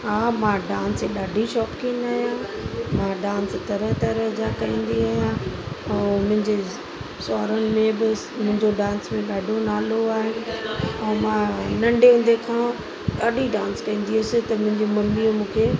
हा मां डांस जी ॾाढी शौक़ीन आहियां मां डांस तरह तरह जा कंदी आहियां ऐं मुंहिंजी सहुरनि में बि मुंहिंजो डांस जो ॾाढो नालो आहे ऐं मां नंढे हूंदे खां ॾाढी डांस कंदी हुअसि तॾहिं मुंहिंजी मम्मीअ मूंखे